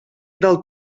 del